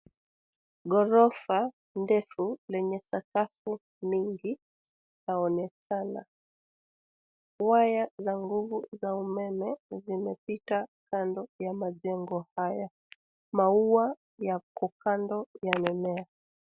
Ghorofa ndefu lenye sakafu mingi laonekana. Waya za nguvu za umeme, zimepita kando ya majengo haya. Maua yako kando yamemea.